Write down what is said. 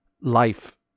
life